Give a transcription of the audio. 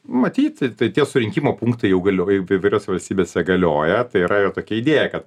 matyt ir tai tie surinkimo punktai jau galioja įvairiose valstybėse galioja tai yra jau tokia idėja kad